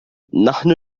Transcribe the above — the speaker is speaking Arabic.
نحن